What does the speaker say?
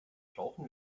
brauchen